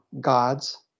gods